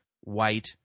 white